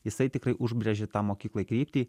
jisai tikrai užbrėžia tą mokyklai kryptį